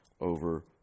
over